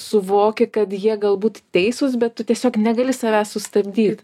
suvoki kad jie galbūt teisūs bet tu tiesiog negali savęs sustabdyt